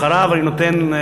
אחריו אני נותן,